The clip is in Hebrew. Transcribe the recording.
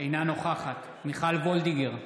אינה נוכחת מיכל וולדיגר,